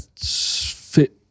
fit